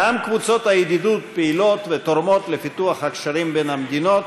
גם קבוצות הידידות פעילות ותורמות לפיתוח הקשרים בין המדינות,